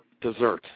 dessert